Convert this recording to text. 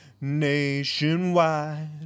nationwide